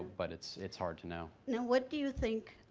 but it's it's hard to know. now what do you think,